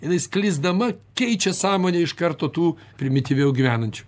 jinai sklisdama keičia sąmonę iš karto tų primityviau gyvenančių